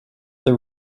the